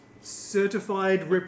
certified